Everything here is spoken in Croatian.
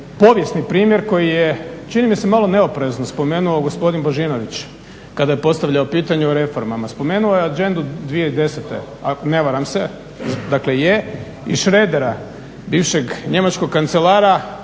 povijesni primjer koji je čini mi se malo neoprezno spomenuo gospodin Božinović kada je postavljao pitanja o reformama. Spomenuo je Agendu 2010.ako se ne varam i Schroedera bivšeg njemačkog kancelara